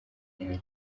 gihari